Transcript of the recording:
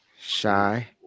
Shy